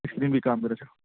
screen بھی کام کرے اچھا